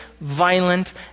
violent